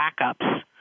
backups